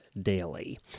daily